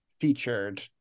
featured